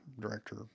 director